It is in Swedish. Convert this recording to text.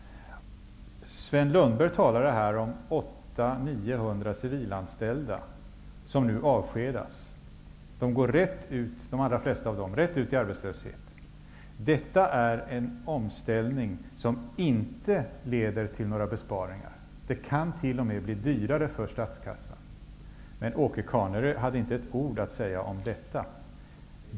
Sven Lundberg talade här om 800--900 civilanställda som nu avskedas. De allra flesta av dem går rätt ut i arbetslöshet. Detta är en omställning som inte leder till några besparingar. Det kan t.o.m. bli dyrare för statskassan. Men Åke Carnerö hade inte ett ord att säga om detta.